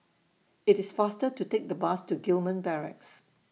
IT IS faster to Take The Bus to Gillman Barracks